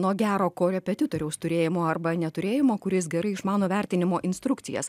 nuo gero korepetitoriaus turėjimo arba neturėjimo kuris gerai išmano vertinimo instrukcijas